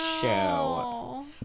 show